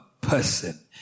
person